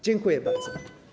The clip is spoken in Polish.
Dziękuję bardzo.